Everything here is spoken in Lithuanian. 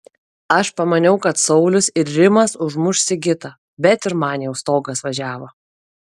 aš pamaniau kad saulius ir rimas užmuš sigitą bet ir man jau stogas važiavo